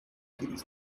series